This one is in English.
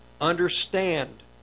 understand